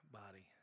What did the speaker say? body